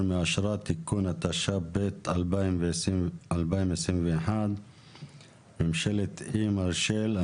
מאשרה) (תיקון) התשפ"ב-2021 (ממשלת איי מרשל).